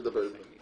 אני אדבר אתכם.